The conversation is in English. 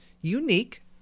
unique